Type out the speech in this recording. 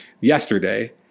yesterday